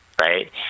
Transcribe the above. right